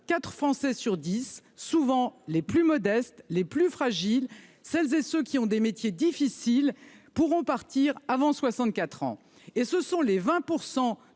Français sur dix, souvent les plus modestes, les plus fragiles, celles et ceux qui exercent des métiers difficiles, pourront partir avant 64 ans. Ce sont les 20